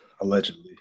allegedly